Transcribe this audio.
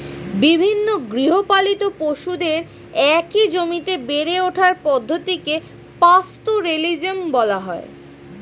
বিভিন্ন গৃহপালিত পশুদের একই জমিতে বেড়ে ওঠার পদ্ধতিকে পাস্তোরেলিজম বলা হয়